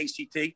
ACT